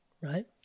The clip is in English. right